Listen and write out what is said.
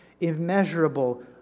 immeasurable